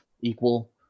equal